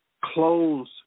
close